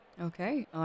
Okay